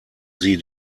sie